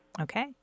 Okay